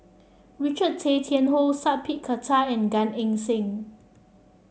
Richard Tay Tian Hoe Sat Pal Khattar and Gan Eng Seng